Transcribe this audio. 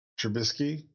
Trubisky